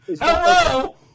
Hello